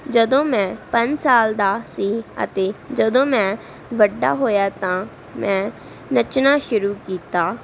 ਜਦੋਂ ਮੈਂ ਪੰਜ ਸਾਲ ਦਾ ਸੀ ਅਤੇ ਜਦੋਂ ਮੈਂ ਵੱਡਾ ਹੋਇਆ ਤਾਂ ਮੈਂ ਨੱਚਣਾ ਸ਼ੁਰੂ ਕੀਤਾ